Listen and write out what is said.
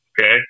Okay